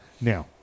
Now